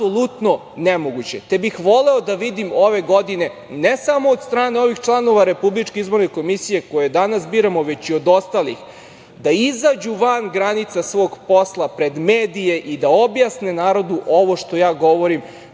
apsolutno nemoguće. Voleo bih da vidim ove godine, ne samo od strane ovih članova RIK koje danas biramo, već i od ostalih da izađu van granica svog posla pred medije i da objasne narodu ovo što govorim,